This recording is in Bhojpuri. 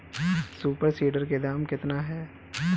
सुपर सीडर के दाम केतना ह?